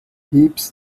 heaps